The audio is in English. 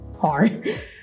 hard